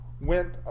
went